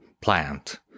plant